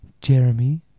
Jeremy